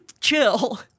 chill